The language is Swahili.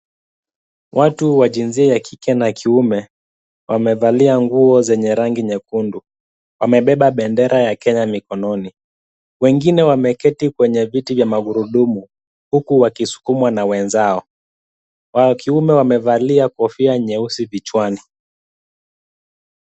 Watu wa jinsia ya kike na kiume wamevalia nguo zenye rangi nyekundu. Wamebeba bendera ya Kenya mikononi. Wengine wameketi kwenye vitu vya magurudumu huku wakisukumwa na wenzao, wa kiume wamevalia kofia nyeusi vichwani.